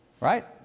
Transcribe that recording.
Right